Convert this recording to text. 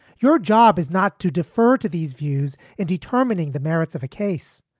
your job is not to defer to these views in determining the merits of a case.